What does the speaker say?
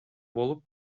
болуп